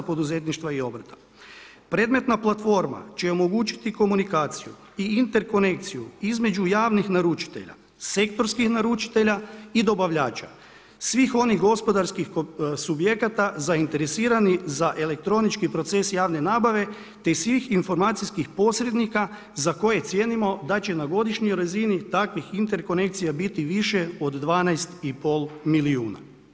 Predmetna platforma će omogućiti komunikaciju i interkonekciju između javnih naručitelja, sektorskih naručitelja i dobavljača, svih onih gospodarskih subjekata zainteresiranih za elektronički proces javne nabave te svih informacijskih posrednika za koje cijenimo da će na godišnjoj razini takvih interkonekcija biti više od 12 i pol milijuna.